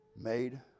made